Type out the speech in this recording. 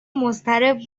مضطرب